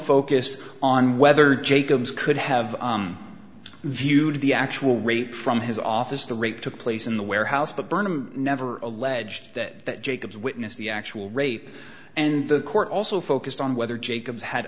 focused on whether jacobs could have viewed the actual rape from his office the rape took place in the warehouse but burnham never alleged that jacobs witnessed the actual rape and the court also focused on whether jacobs had